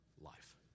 life